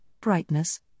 brightness